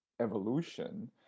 evolution